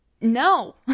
No